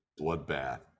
bloodbath